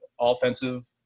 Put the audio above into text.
offensive